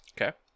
Okay